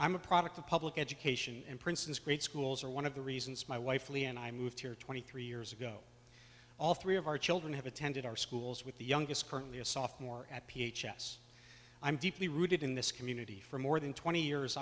i'm a product of public education and princeton's great schools are one of the reasons my wife lee and i moved here twenty three years ago all three of our children have attended our schools with the youngest currently a sophomore at p h s i'm deeply rooted in this community for more than twenty years